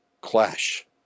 clash